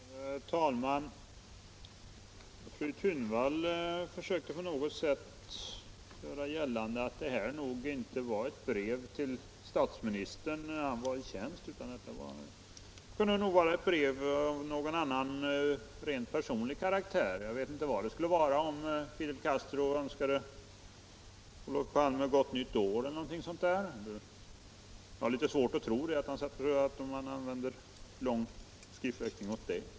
Herr talman! Fru Thunvall försökte göra gällande att det här nog inte Tisdagen den var ett brev till statsministern när han var i tjänst utan att det kunde 29 april 1975 vara ett brev av rent personlig karaktär. Jag vet inte vad det då skulle vara — om Fidel Castro önskade Olof Palme gott nytt år eller så. Jag - Granskning av har litet svårt att tro att det behövs en lång skriftväxling för det.